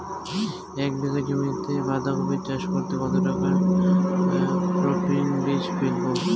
এক বিঘা জমিতে বাধাকপি চাষ করতে কতটা পপ্রীমকন বীজ ফেলবো?